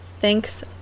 Thanks